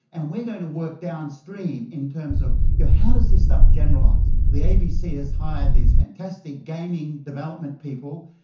and we are going to work downstream in terms of yeah how does this stuff generalise. the abc has hired these fantastic gaming development people,